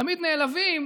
תמיד נעלבים